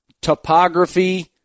topography